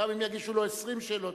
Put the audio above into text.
גם אם יגישו לו 20 שאלות,